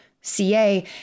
CA